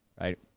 right